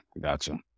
Gotcha